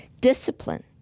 discipline